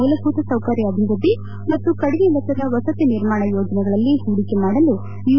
ಮೂಲಭೂತ ಸೌಕರ್ಯ ಅಭಿವೃದ್ಧಿ ಮತ್ತು ಕಡಿಮೆ ವೆಚ್ಚದ ವಸತಿ ನಿರ್ಮಾಣ ಯೋಜನೆಗಳಲ್ಲಿ ಹೂಡಿಕೆ ಮಾಡಲು ಯು